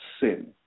sin